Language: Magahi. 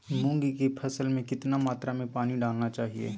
मूंग की फसल में कितना मात्रा में पानी डालना चाहिए?